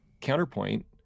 counterpoint